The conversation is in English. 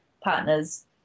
partners